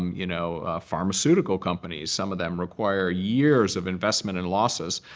you know pharmaceutical companies some of them require years of investment and losses.